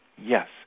Yes